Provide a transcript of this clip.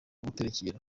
guterekera